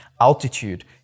altitude